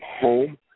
home